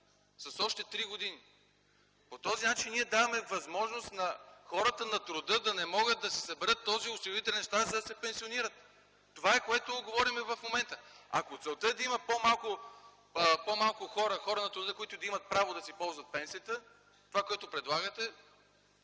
с още три години. По този начин ние даваме възможност на хората на труда да не могат да си съберат този осигурителен стаж, за да се пенсионират. Това е, което говорим в момента. Ако целта е да има по-малко хора на труда, които да имат право да си ползват пенсията, това, което предлагате,